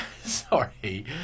Sorry